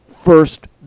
first